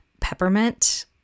peppermint